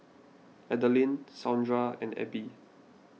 Adaline Saundra and Ebbie